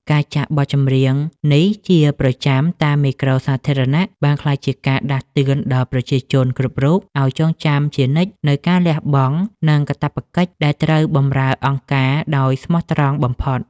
ការចាក់បទចម្រៀងនេះជាប្រចាំតាមមេក្រូសាធារណៈ បានក្លាយជាការដាស់តឿនដល់ប្រជាជនគ្រប់រូបឲ្យចងចាំជានិច្ចនូវការលះបង់ និងកាតព្វកិច្ចដែលត្រូវបម្រើអង្គការដោយភាពស្មោះត្រង់បំផុត។